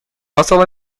muscle